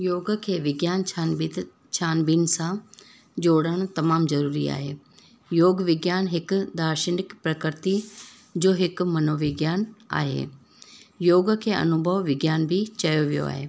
योग खे विज्ञान छान बित छानबीन सां जोड़णु तमामु ज़रूरी आहे योगु विज्ञान हिकु दार्शनिक प्रकृति जो हिकु मनोविज्ञान आहे योग खे अनुभव विज्ञान बि चयो वियो आहे